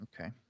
Okay